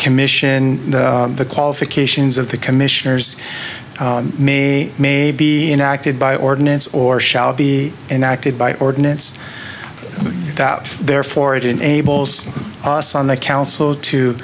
commission the qualifications of the commissioners may may be enacted by ordinance or shall be enacted by ordinance therefore it enables us on the council to